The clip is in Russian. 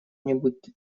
нибудь